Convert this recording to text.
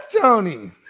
Tony